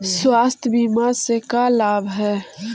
स्वास्थ्य बीमा से का लाभ है?